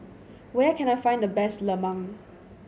where can I find the best lemang